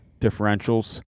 differentials